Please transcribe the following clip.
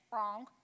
Wrong